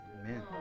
Amen